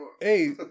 hey